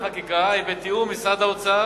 החקיקה היא בתיאום עם משרד האוצר,